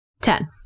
ten